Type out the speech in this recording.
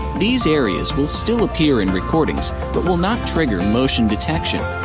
these areas will still appear in recordings, but will not trigger motion detection.